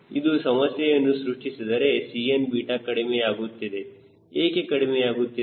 ಇದು ಸಮಸ್ಯೆಯನ್ನು ಸೃಷ್ಟಿಸಿದರೆ Cn ಕಡಿಮೆಯಾಗುತ್ತಿದೆ ಏಕೆ ಕಡಿಮೆಯಾಗುತ್ತಿದೆ